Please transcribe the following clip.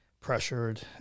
pressured